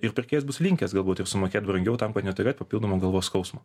ir pirkėjas bus linkęs galbūt ir sumokėt brangiau tam kad neturėt papildomo galvos skausmo